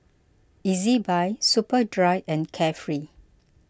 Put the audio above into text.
Ezbuy Superdry and Carefree